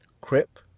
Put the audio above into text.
Crip